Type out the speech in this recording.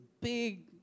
big